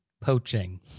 poaching